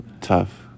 tough